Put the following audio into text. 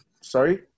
Sorry